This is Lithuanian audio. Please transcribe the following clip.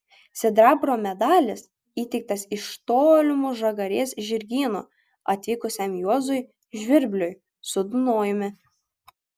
sidabro medalis įteiktas iš tolimo žagarės žirgyno atvykusiam juozui žvirbliui su dunojumi